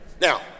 now